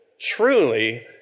truly